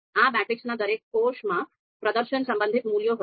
આ મેટ્રિક્સના દરેક કોષમાં પ્રદર્શન સંબંધિત મૂલ્ય હશે